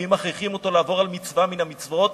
ואם מכריחים אותו לעבור על מצווה מן המצוות,